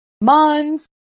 months